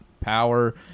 power